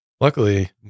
luckily